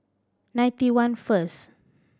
ninety one first